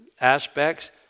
aspects